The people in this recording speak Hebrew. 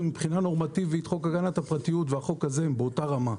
מבחינה נורמטיבית חוק הגנת הפרטיות והחוק הזה הוא באותה רמה.